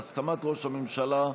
בהסכמת ראש הממשלה,